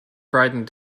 brightened